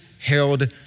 held